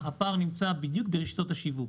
השאלה: הפער נמצא ברשתות השיווק.